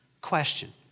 Question